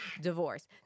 divorce